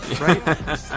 right